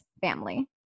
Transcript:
family